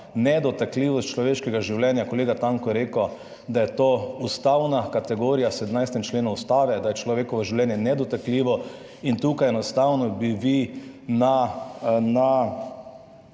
nedotakljivost človeškega življenja. Kolega Tanko je rekel, da je to ustavna kategorija, 17. člen Ustave, da je človekovo življenje nedotakljivo, in tukaj bi vi enostavno na